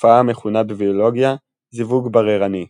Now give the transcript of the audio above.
תופעה המכונה בביולוגיה זיווג בררני .